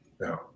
no